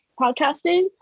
podcasting